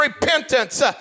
repentance